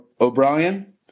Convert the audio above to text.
O'Brien